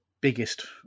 biggest